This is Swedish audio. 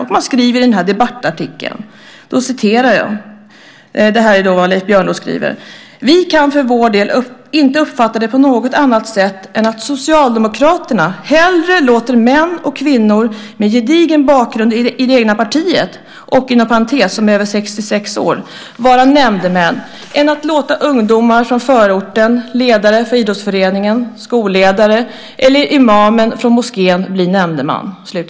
Leif Björnlod skriver så här i den debattartikeln: "Vi kan inte för vår del uppfatta detta på något annat sätt än att socialdemokraterna hellre låter män och kvinnor med gedigen bakgrund i det egna partiet vara nämndemän, än att låta ungdomar från förorten, ledaren för idrottsföreningen, skolledaren eller imamen från moskén, bli nämndemän."